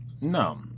no